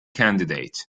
candidate